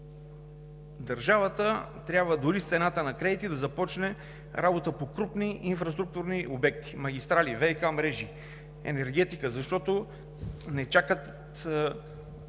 Държавата трябва дори с цената на кредити да започне работа по крупни инфраструктурни обекти: магистрали, ВиК мрежи, енергетика, защото чакащите